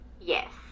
Yes